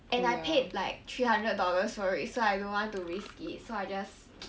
and I paid like three hundred dollars for it so I don't want to risky so I just